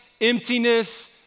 emptiness